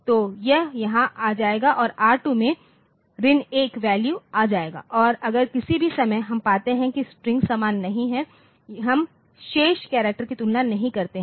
तो यह यहाँ आ जाएगा और R 2 में 1 वैल्यू आ जायेगा और अगर किसी भी समय हम पाते हैं कि स्ट्रिंग समान नहीं हैं हम शेष करैक्टर की तुलना नहीं करते हैं